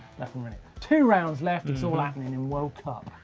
nothing really. two rounds left, it's all happening in world cup.